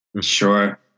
Sure